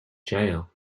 jail